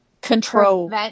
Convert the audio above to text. control